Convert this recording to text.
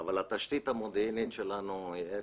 אבל התשתית המודיעינית שלנו היא אפס.